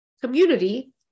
community